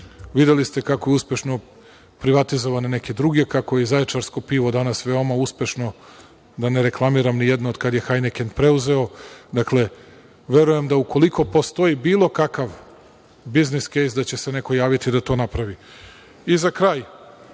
Videli ste kako je uspešno privatizovane neke druge. Kako je „Zaječarsko pivo“ veoma uspešno, da ne reklamiram nijedno, od kada je „Hajniken“ preuzeo. Dakle, verujem da ukoliko postoji bilo kakav „biznis kejs“ da će se neko javiti da to napravi.Za kraj,